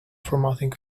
formatting